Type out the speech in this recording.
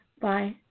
bye